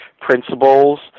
principles